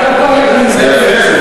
סליחה.